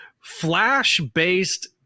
Flash-based